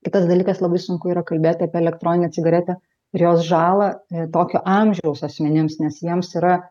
kitas dalykas labai sunku yra kalbėt apie elektroninę cigaretę ir jos žalą tokio amžiaus asmenims nes jiems yra